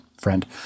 friend